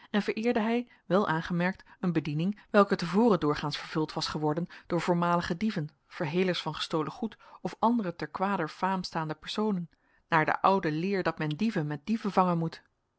en vereerde hij wel aangemerkt een bediening welke te voren doorgaans vervuld was geworden door voormalige dieven verhelers van gestolen goed of andere ter kwader faam staande personen naar de oude leer dat men dieven met dieven vangen moet